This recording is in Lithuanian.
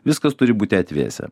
viskas turi būti atvėsę